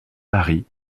paris